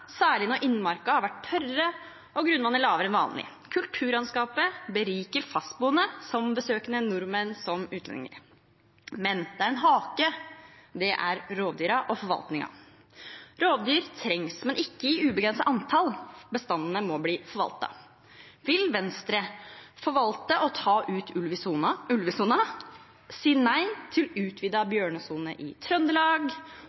særlig når innmarka har vært tørrere og grunnvannet lavere enn vanlig. Kulturlandskapet beriker fastboende som besøkende, nordmenn som utlendinger. Men det er en hake, og det er rovdyrene og forvaltningen. Rovdyr trengs, men ikke i ubegrenset antall. Bestandene må bli forvaltet. Vil Venstre forvalte og ta ut ulv i ulvesonen, si nei til